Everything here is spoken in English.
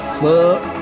club